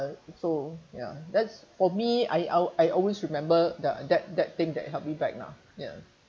uh so ya that's for me I I I always remember the that that thing that helped me back lah ya